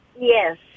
Yes